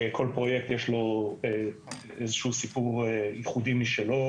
לכל פרויקט יש סיפור ייחודי משלו,